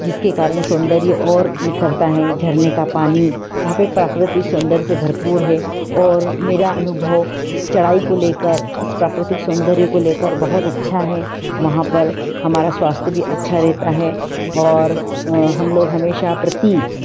जिसके कारण सौंदर्य और निखरता है झरने का पानी वहाँ पर प्राकृतिक सौंदर्य से भरपूर है और मेरा अनुभव चढ़ाई को लेकर इस प्राकृतिक सौंदर्य को लेकर बहुत अच्छा है वहाँ पर हमारा स्वास्थ भी अच्छा रहता है और हम लोग हमेशा प्रति